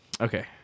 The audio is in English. Okay